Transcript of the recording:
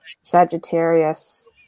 Sagittarius